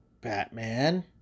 Batman